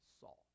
Saul